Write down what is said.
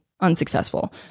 unsuccessful